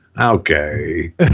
Okay